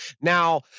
Now